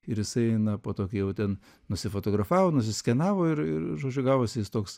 ir jisai na po to kai jau ten nusifotografavo nusiskenavo ir ir žodžiu gavosi jis toks